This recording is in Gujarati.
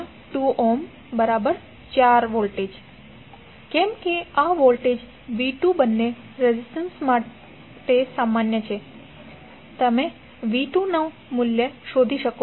કેમ કે આ વોલ્ટેજ v2 બંને રેઝિસ્ટર માટે સામાન્ય છે તમે v2 નુ મૂલ્ય શોધી શકો છો